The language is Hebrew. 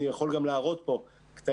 אני יכול גם להראות פה קטעים,